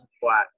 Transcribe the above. flat